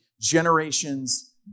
generations